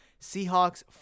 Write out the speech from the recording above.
Seahawks